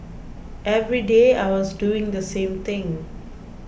every day I was doing the same thing